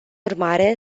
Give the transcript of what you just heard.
urmare